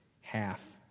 half